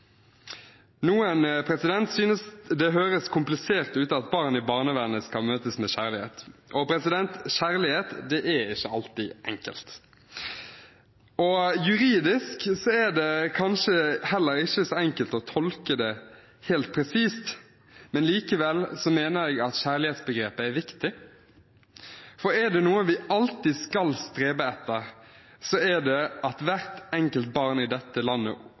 Noen synes det høres komplisert ut at barn i barnevernet skal møtes med kjærlighet. Nei, kjærlighet er ikke alltid enkelt, juridisk er det kanskje heller ikke så enkelt å tolke helt presist, likevel mener jeg at kjærlighetsbegrepet er viktig. For er det noe vi alltid skal strebe etter, så er det at hvert enkelt barn i dette landet